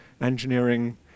engineering